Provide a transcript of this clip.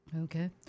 Okay